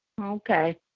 Okay